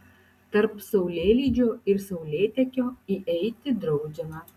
tarp saulėlydžio ir saulėtekio įeiti draudžiama